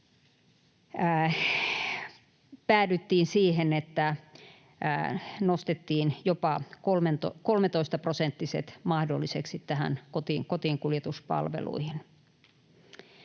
päädyttiin siihen, että nostettiin jopa 13-prosenttiset mahdolliseksi näihin kotiinkuljetuspalveluihin.